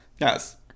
Yes